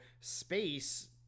space